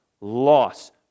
loss